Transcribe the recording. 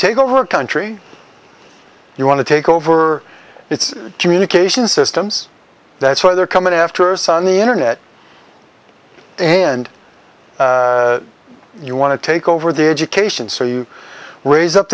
take over country you want to take over its communications systems that's why they're coming after sun the internet and you want to take over the education so you raise up